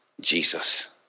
Jesus